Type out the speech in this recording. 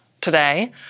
today